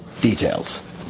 Details